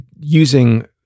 using